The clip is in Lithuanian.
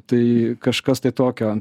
tai kažkas tokio